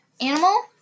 Animal